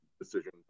decision